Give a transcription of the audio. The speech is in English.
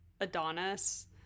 adonis